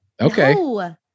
okay